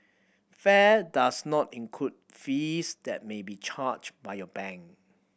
fare does not include fees that may be charged by your bank